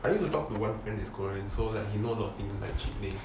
I need to talk to one friend his korean so like he know a lot of things like cheap place